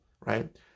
right